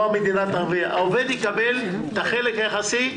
העובד יקבל את החלק היחסי.